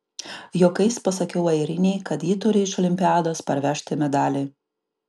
juokais pasakiau airinei kad ji turi iš olimpiados parvežti medalį